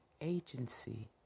agency